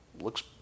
Looks